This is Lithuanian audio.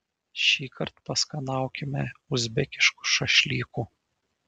šįkart paskanaukime uzbekiškų šašlykų